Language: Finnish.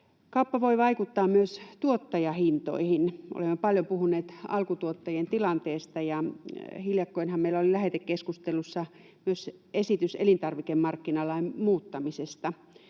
Kauppa voi vaikuttaa myös tuottajahintoihin. Olemme paljon puhuneet alkutuottajien tilanteesta, ja hiljakkoinhan meillä oli lähetekeskustelussa myös esitys elintarvikemarkkinalain muuttamisesta.